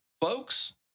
folks